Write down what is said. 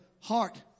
heart